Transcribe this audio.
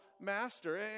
master